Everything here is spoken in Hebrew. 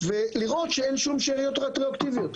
בדיקה ולראות שאין שום שאריות רדיואקטיביות,